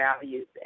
values